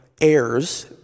heirs